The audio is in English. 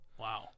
Wow